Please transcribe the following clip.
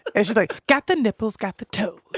and she's like, got the nipples, got the toes.